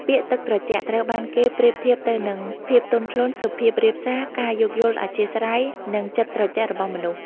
ពាក្យ ទឹកត្រជាក់ ត្រូវបានគេប្រៀបធៀបទៅនឹង ភាពទន់ភ្លន់ សុភាពរាបសារ ការយោគយល់អធ្យាស្រ័យ និងចិត្តត្រជាក់របស់មនុស្ស។